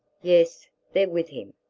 yes, they're with him.